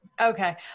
Okay